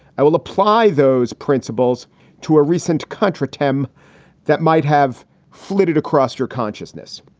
i will apply those principles to a recent contretemps that might have flitted across your consciousness.